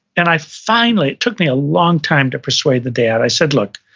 and i finally, it took me a long time to persuade the dad i said, look,